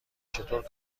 چطور